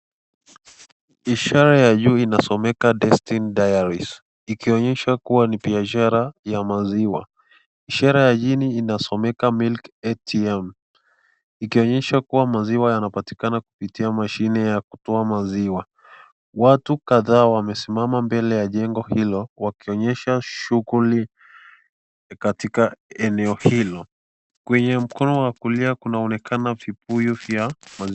Ishara ya juu Inasomeka (Destiny Dairies) ikionesha ni ishara ya maziwa . Ishara ya chini Inasomeka (milk ATM) ikionesha maziwa yanapatika kutokana na mashine ya kutoa maziwa. Watu kadhaa wamesimama mbele ya jengo hili wakionesha shughuli katika eneo hilo . Kwenye mkono Wa kulia kunaonekana vibuyu vya maziwa.